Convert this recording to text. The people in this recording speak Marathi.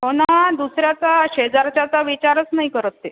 हो ना दुसऱ्याचा शेजारच्याचा विचारच नाही करत ते